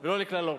לא מתאים לך לדבר